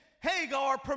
Hagar